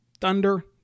Thunder